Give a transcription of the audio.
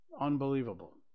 Unbelievable